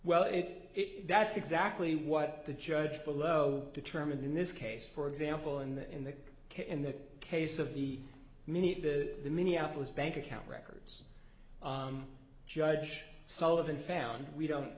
well it that's exactly what the judge below determined in this case for example in the in the kit in the case of the mini at the minneapolis bank account records judge sullivan found we don't